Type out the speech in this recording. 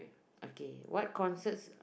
okay what concert